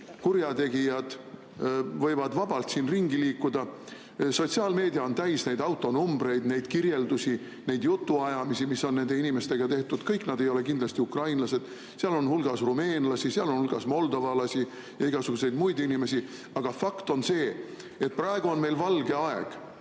kurjategijad võivad siin vabalt ringi liikuda. Sotsiaalmeedia on täis neid autonumbreid, neid kirjeldusi, neid jutuajamisi, mis on nende inimestega tehtud. Kõik nad ei ole kindlasti ukrainlased, [nende] hulgas on rumeenlasi, seal on hulgas moldovlasi ja igasuguseid muid inimesi. Aga fakt on see, et praegu on meil valge aeg,